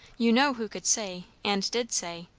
you know who could say, and did say,